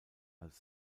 als